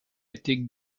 était